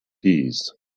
peas